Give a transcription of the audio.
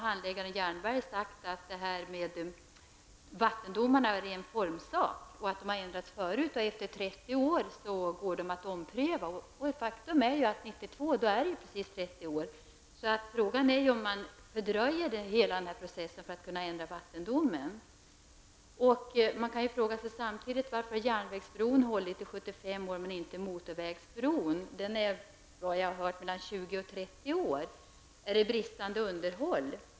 Handläggaren Jernberg lär ha sagt att vattendomarna är en ren formsak. Sådana har ändrats tidigare, och de kan överprövas efter 30 år. Faktum är att det 1992 har gått precis 30 år. Frågan är om man fördröjer hela denna process för att kunna ändra vattendomen. Man kan samtidigt fråga sig varför järnvägsbron hållit i 75 år men inte motorvägsbron, som enligt uppgift är mellan 20 och 30 år gammal. Är det fråga om bristande underhåll?